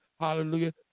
Hallelujah